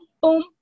boom